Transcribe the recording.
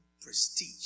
prestige